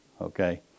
Okay